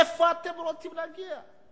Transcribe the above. לאן אתם רוצים להגיע?